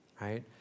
right